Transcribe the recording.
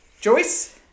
Joyce